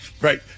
right